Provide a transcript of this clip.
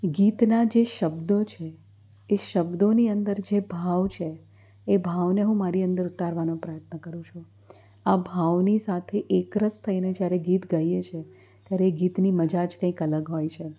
ગીતના જે શબ્દો છે એ શબ્દોની અંદર જે ભાવ છે એ ભાવને હું મારી અંદર ઉતારવાનો પ્રયત્ન કરું છુ આ ભાવની સાથે જ્યારે એકરસ થઈને ગીત ગાઈએ છીએ ત્યારે એ ગીતની મજા જ કંઈક અલગ હોય છે